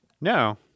No